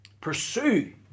Pursue